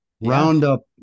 Roundup